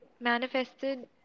manifested